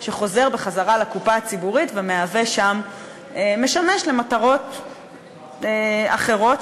כלשהו שחוזר לקופה הציבורית ומשמש למטרות אחרות,